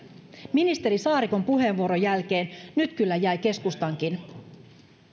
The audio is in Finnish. ministeri saarikon puheenvuoron jälkeen nyt kyllä jäi keskustankin